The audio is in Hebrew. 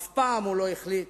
אף פעם הוא לא החליט